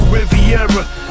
Riviera